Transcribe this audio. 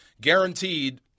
guaranteed